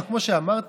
כמו שאמרתי,